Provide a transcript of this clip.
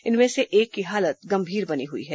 इनमें से एक की हालत गंभीर बनी हुई है